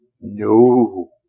No